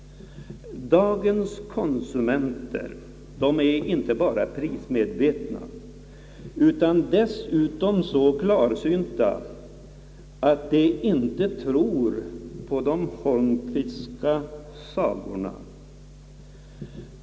Dagens konsumenter är inte bara prismedvetna utan dessutom så klarsynta att de inte tror på de Holmqvistska sagorna.